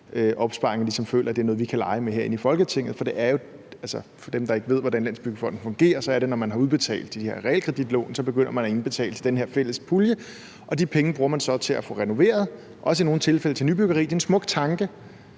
opsparinger og føler, at det er noget, vi kan lege med herinde i Folketinget. For dem, der ikke ved, hvordan Landsbyggefonden fungerer, er det sådan, at når man har udbetalt de har realkreditlån, begynder man at indbetale til den her fælles pulje, og de penge bruger man så til at få renoveret og også i nogle tilfælde til nybyggeri. Det er en smuk tanke,